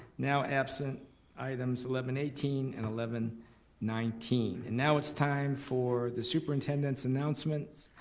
now absent items eleven eighteen and eleven nineteen. and now it's time for the superintendent's announcements.